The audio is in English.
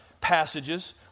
passages